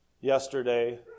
yesterday